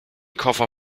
koffer